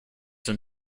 when